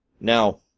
Now